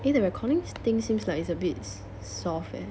eh the recording thing seems like it's a bit soft eh